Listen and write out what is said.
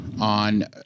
on